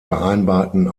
vereinbarten